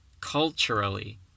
culturally